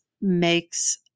makes